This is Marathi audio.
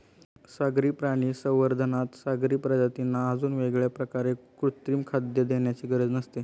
सागरी प्राणी संवर्धनात सागरी प्रजातींना अजून वेगळ्या प्रकारे कृत्रिम खाद्य देण्याची गरज नसते